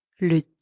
Le